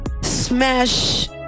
Smash